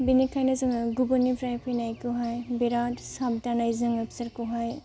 बिनिखायनो जोङो गुबुननिफ्राय फैनायखौहाय बिरात साबधानै जों बिसोरखौहाय